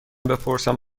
بپرسم